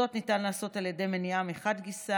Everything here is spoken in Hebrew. זאת ניתן לעשות על ידי מניעה מחד גיסא